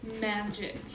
magic